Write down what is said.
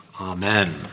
amen